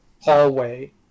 hallway